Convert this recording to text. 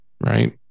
right